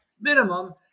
minimum